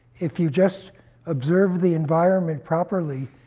if you just observe the environment properly,